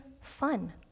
fun